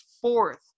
fourth